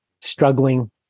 struggling